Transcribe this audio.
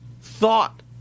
thought